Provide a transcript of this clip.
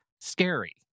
scary